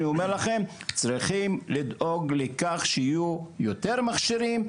אני אומר לכם צריכים לדאוג לכך שיהיו יותר מכשירים,